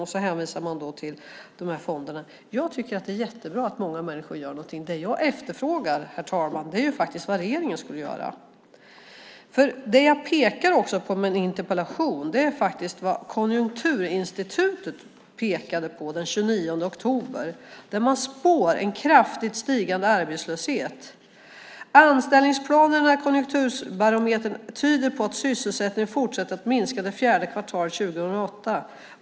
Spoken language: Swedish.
Sedan hänvisar man till fonderna. Jag tycker att det är bra att många människor gör något. Det jag efterfrågar, herr talman, är vad regeringen ska göra. Jag pekade i min interpellation på vad Konjunkturinstitutet tog upp den 29 oktober. Konjunkturinstitutet spår en kraftigt stigande arbetslöshet: Anställningsplanerna i Konjunkturbarometern tyder på att sysselsättningen fortsätter att minska det fjärde kvartalet 2008.